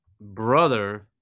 Brother